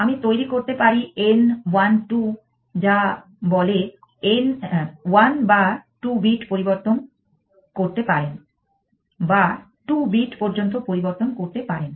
আমি তৈরী করতে পারি n 1 2 যা বলে 1 বা 2 বিট পরিবর্তন করতে পারেন বা 2 বিট পর্যন্ত পরিবর্তন করতে পারেন